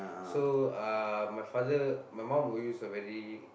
so uh my father my mum would use a very